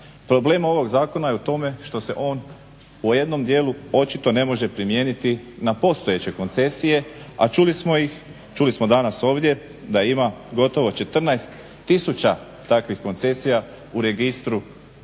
Problem ovog zakona je u tome što se on u jednom dijelu očito ne može primijeniti na postojeće koncesije, a čuli smo danas ovdje da ih ima gotovo 14 tisuća takvih koncesija u registru